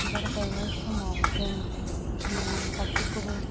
बिबार गायनाय समाव जों आङो गासैखौबो